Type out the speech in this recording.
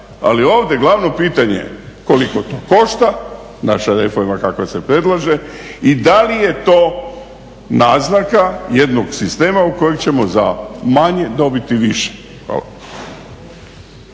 Ali ovdje glavno pitanje je koliko to košta, naša reforma kakva se predlaže i da li je to naznaka jednog sistema u kojem ćemo za manje dobiti više.